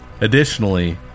Additionally